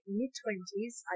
mid-twenties